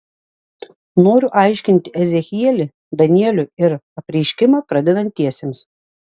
noriu aiškinti ezechielį danielių ir apreiškimą pradedantiesiems